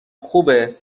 خوبه